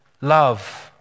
love